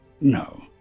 no